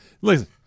Listen